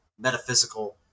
metaphysical